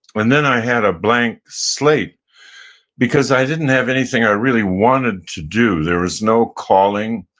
and then i had a blank slate because i didn't have anything i really wanted to do. there was no calling.